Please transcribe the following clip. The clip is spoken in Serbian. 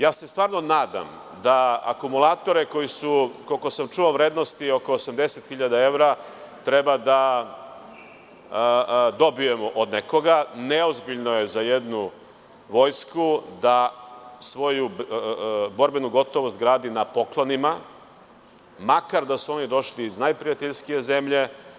Ja se stvarno nadam da akumulatore koji su, koliko sam čuo, vrednosti oko 80.000 evra treba da dobijemo od nekoga, neozbiljno je za jednu vojsku, da svoju borbenu gotovost gradi na poklonima, makar da su oni došli iz najprijateljskije zemlje.